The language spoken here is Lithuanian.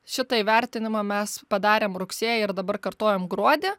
šitą įvertinimą mes padarėm rugsėjį ir dabar kartojam gruodį